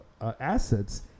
assets